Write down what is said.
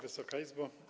Wysoka Izbo!